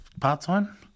part-time